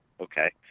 Okay